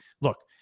look